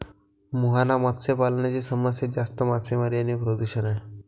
मुहाना मत्स्य पालनाची समस्या जास्त मासेमारी आणि प्रदूषण आहे